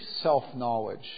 self-knowledge